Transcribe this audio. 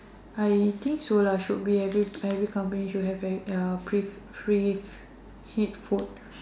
I think so lah should be every every company should have a pre pre preheat food